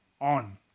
on